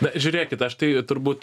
na žiūrėkit aš tai turbūt